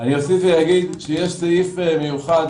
אני אוסיף שיש סעיף מיוחד